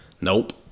Nope